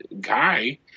guy